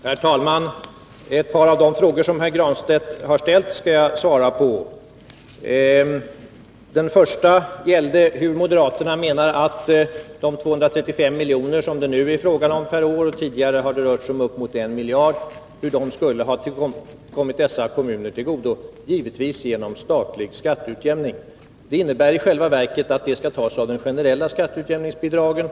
Herr talman! Ett par av de frågor som herr Granstedt har ställt skall jag svara på. Den första gällde hur moderaterna menar att de 235 milj.kr. som det nu är fråga om per år — tidigare har det rört sig om upp mot 1 miljard — skulle ha kommit dessa kommuner till godo. Givetvis genom statlig skatteutjämning. Det innebär i själva verket att det skall tas av de generella skatteutjämningsbidragen.